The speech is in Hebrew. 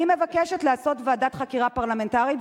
אני מבקשת לעשות ועדת חקירה פרלמנטרית,